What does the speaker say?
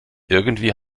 irgendwie